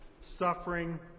suffering